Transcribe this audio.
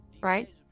Right